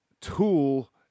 tool